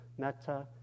metta